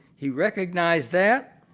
he recognized that.